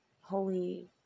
holy